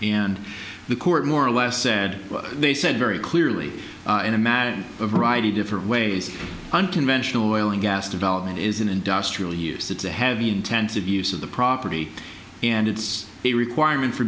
and the court more or less said they said very clearly in a matter in a variety of different ways unconventional oil and gas development is in industrial use it's a heavy intensive use of the property and it's a requirement for